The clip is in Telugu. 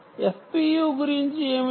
FPU గురించి ఏమిటి